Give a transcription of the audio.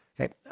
Okay